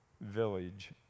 village